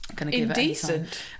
Indecent